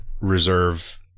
reserve